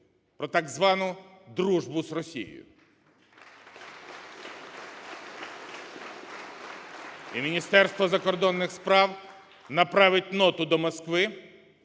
про, так звану, дружбу з Росією. (Оплески) І Міністерство закордонних справ направить ноту до Москви,